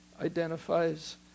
identifies